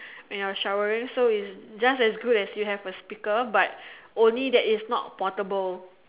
when you're showering so it just as good as you have a speaker but only that it's not portable